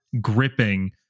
gripping